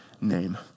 name